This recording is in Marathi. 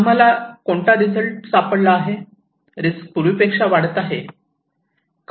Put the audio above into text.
आम्हाला कोणता रिझल्ट सापडला आहे रिस्क पूर्वीपेक्षा वाढत आहे